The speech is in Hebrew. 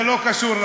זה לא קשור לחוק.